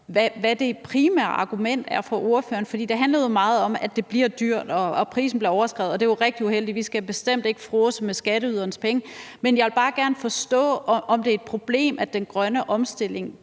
hvad det primære argument er for ordføreren. For det handlede jo meget om, at det bliver dyrt og prisen bliver overskredet, og det er jo rigtig uheldigt; vi skal bestemt ikke fråse med skatteydernes penge. Men jeg vil bare gerne forstå, om det er et problem, at den grønne omstilling